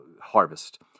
harvest